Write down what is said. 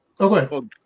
Okay